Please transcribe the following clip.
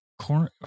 corn